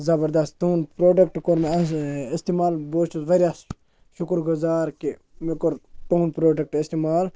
زَبردَس تُہُنٛد پروڈَکٹ کوٚر مےٚ آز استعمال بہٕ حظ چھُس واریاہ شُکُر گُزار کہِ مےٚ کوٚر تُہُنٛد پروڈَکٹ استعمال